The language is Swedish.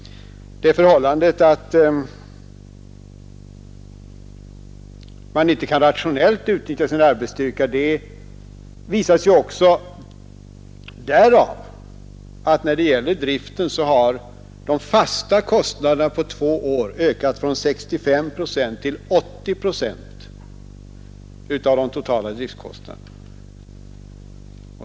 Det förhållandet att man inte kan rationellt utnyttja sin arbetsstyrka framgår också därav att när det gäller driften har de fasta kostnaderna på två år ökat från 65 procent till 80 procent av de totala driftkostnaderna.